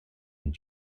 and